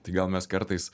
tai gal mes kartais